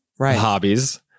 hobbies